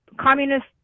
communist